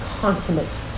consummate